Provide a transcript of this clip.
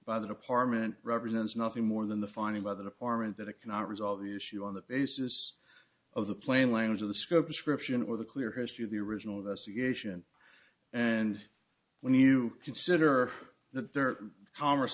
by the department represents nothing more than the finding by the department that it cannot resolve the issue on the basis of the plain language of the scope ascription or the clear history of the original investigation and when you consider that their congress